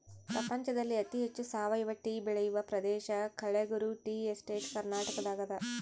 ಪ್ರಪಂಚದಲ್ಲಿ ಅತಿ ಹೆಚ್ಚು ಸಾವಯವ ಟೀ ಬೆಳೆಯುವ ಪ್ರದೇಶ ಕಳೆಗುರು ಟೀ ಎಸ್ಟೇಟ್ ಕರ್ನಾಟಕದಾಗದ